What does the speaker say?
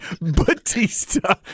batista